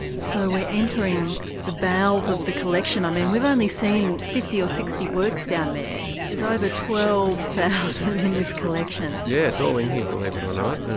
so we're entering the bowels of the collection. i mean, we've only seen fifty or sixty works down there, there's over twelve thousand in this collection. yes, yeah it's all in here, believe it or not,